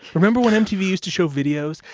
remember when mtv used to show videos?